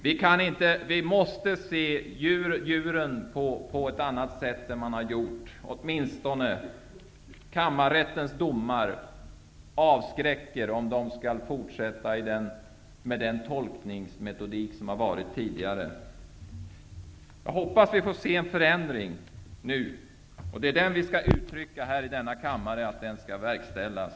Vi måste se djuren på ett annat sätt än vad man tidigare har gjort. Kammarrättens domar avskräcker -- om de fortsätter med den tolkningsmetodik som de tidigare haft. Jag hoppas att vi nu får se en förändring. Vi skall nu i denna kammare uttrycka att den förändringen skall fortsatt verkställas.